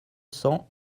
cents